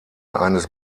eines